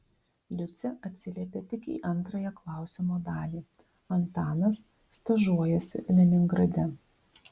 liucė atsiliepė tik į antrąją klausimo dalį antanas stažuojasi leningrade